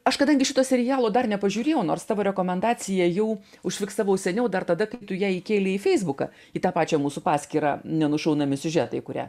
aš kadangi šito serialo dar nepažiūrėjau nors tavo rekomendaciją jau užfiksavau seniau dar tada kai tu ją įkėlei į feisbuką į tą pačią mūsų paskyrą nenušaunami siužetai kurią